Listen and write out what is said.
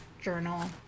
Journal